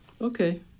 okay